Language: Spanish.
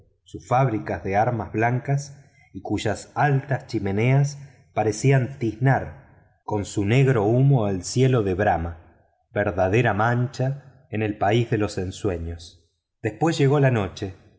sus fábricas de armas blancas y cuyas altas chimeneas parecían tiznar con su negro humo el cielo de brahma verdadera mancha en el país de los sueños después llegó la noche